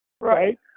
right